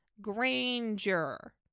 Granger